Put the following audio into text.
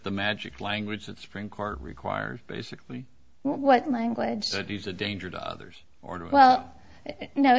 the magic language that supreme court requires basically what language said he's a danger to others or to well